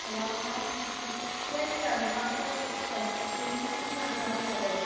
खालामाहाय जायखि जाया मार्क्सआलाय गोरा कुइस'नआलाय गोरा गोरा फैखादों